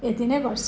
यति नै गर्छु